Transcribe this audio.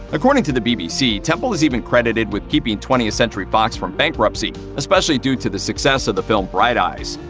according to the bbc, temple is even credited with keeping twentieth century fox from bankruptcy, especially due to the success of the film bright eyes.